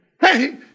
Hey